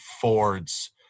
Fords